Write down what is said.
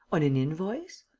on an invoice?